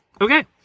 Okay